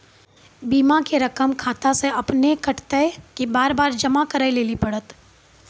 बीमा के रकम खाता से अपने कटत कि बार बार जमा करे लेली पड़त?